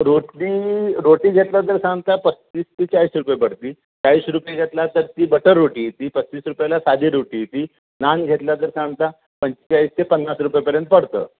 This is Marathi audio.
रोटी रोटी घेतलं तर सांगता पस्तीस ते चाळीस रुपये पडते चाळीस रुपये घेतला तर ती बटर रोटी येती पस्तीस रुपयाला साधी रोटी येते नान घेतला तर सांगता पंचेचाळीस ते पन्नास रुपयेपर्यंत पडतं